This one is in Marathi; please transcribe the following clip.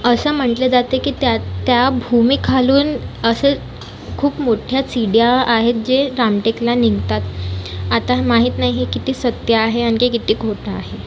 असं म्हटले जाते की त्या त्या भूमीखालून असं खूप मोठ्या शिड्या आहेत जे रामटेकला निघतात आता हा माहीत नाही किती सत्य आहे आणखी किती खोटं आहे